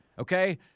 Okay